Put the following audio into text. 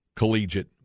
Collegiate